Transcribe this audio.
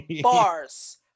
bars